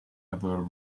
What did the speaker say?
ever